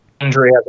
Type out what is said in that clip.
injury